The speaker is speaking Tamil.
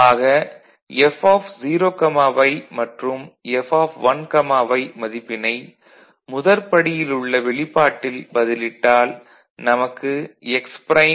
ஆக F0y மற்றும் F1y மதிப்பினை முதற்படியில் உள்ள வெளிப்பாட்டில் பதிலிட்டால் நமக்கு x ப்ரைம்